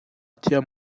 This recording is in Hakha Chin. thiam